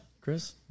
Chris